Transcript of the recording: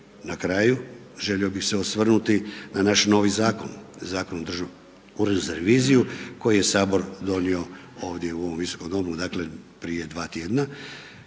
Na kraju želio bih se osvrnuti na naš novi zakon, Zakon o Državnom uredu za reviziju koji je sabor donio ovdje u ovom visokom domu, dakle prije dva tjedna.